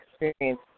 experience